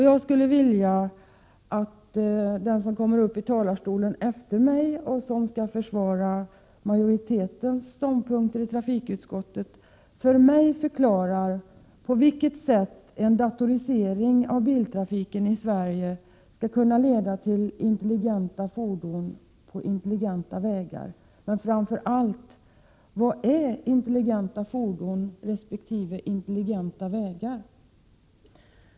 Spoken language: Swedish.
Jag skulle vilja att den som enligt talarlistan kommer upp i talarstolen efter mig och som skall försvara de ståndpunkter som trafikutskottets majoritet har för mig förklarar hur en datorisering av biltrafiken i Sverige skall kunna leda till att vi får intelligenta fordon på intelligenta vägar. Men framför allt: Vad är intelligenta fordon resp. intelligenta vägar?